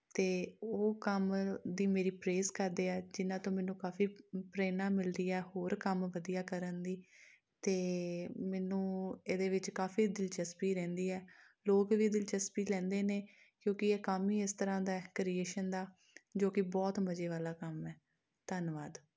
ਅਤੇ ਉਹ ਕੰਮ ਦੀ ਮੇਰੀ ਪ੍ਰੇਸ ਕਰਦੇ ਹੈ ਜਿਨ੍ਹਾਂ ਤੋਂ ਮੈਨੂੰ ਕਾਫੀ ਪ੍ਰੇਰਣਾ ਮਿਲਦੀ ਹੈ ਹੋਰ ਕੰਮ ਵਧੀਆ ਕਰਨ ਦੀ ਅਤੇ ਮੈਨੂੰ ਇਹਦੇ ਵਿੱਚ ਕਾਫੀ ਦਿਲਚਸਪੀ ਰਹਿੰਦੀ ਹੈ ਲੋਕ ਵੀ ਦਿਲਚਸਪੀ ਲੈਂਦੇ ਨੇ ਕਿਉਂਕਿ ਇਹ ਕੰਮ ਹੀ ਇਸ ਤਰ੍ਹਾਂ ਦਾ ਹੈ ਕਰੀਏਸ਼ਨ ਦਾ ਜੋ ਕਿ ਬਹੁਤ ਮਜ਼ੇ ਵਾਲਾ ਕੰਮ ਹੈ ਧੰਨਵਾਦ